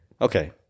okay